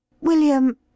William